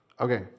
Okay